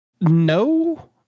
No